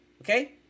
okay